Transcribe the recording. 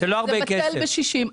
זה בטל בששים.